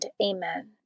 Amen